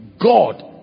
god